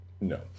No